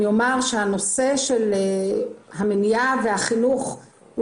אני אומר שהנושא של המניעה והחינוך הוא